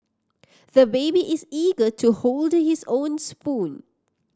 the baby is eager to hold his own spoon